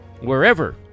wherever